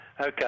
Okay